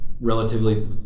relatively